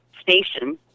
station